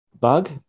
bug